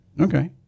Okay